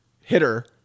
hitter